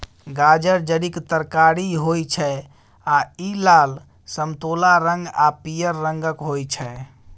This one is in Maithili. गाजर जड़िक तरकारी होइ छै आ इ लाल, समतोला रंग आ पीयर रंगक होइ छै